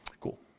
Cool